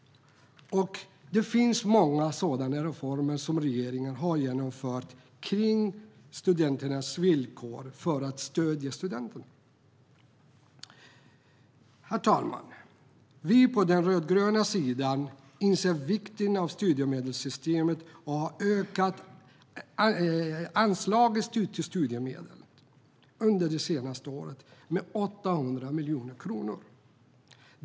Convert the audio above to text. Det finns många sådana reformer som regeringen har genomfört kring studenternas villkor för att stödja studenterna. Herr talman! Vi på den rödgröna sidan inser vikten av att studiemedelssystemet och har ökat anslaget till studiemedlen under det senaste året med 800 miljoner kronor.